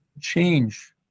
change